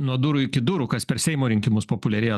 nuo durų iki durų kas per seimo rinkimus populiarėjo